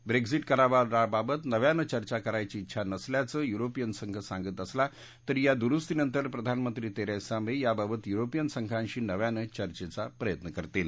Brexit कराराबाबत नव्यानं चर्चा करायची डेछा नसल्याचं युरोपिय संघ सांगत असला तरी या दुरुस्तीनंतर प्रधानमंत्री तेरेसा मे याबाबत युरोपिय संघांशी नव्यानं चर्चेचा प्रयत्न करतील